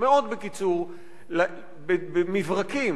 מאוד בקיצור, במברקים,